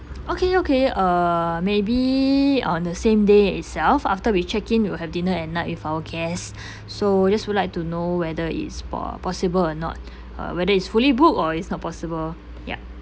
okay okay uh maybe on the same day itself after we check in we will have dinner at night with our guest so just would like to know whether it's po~ possible or not uh whether it's fully book or it's not possible yup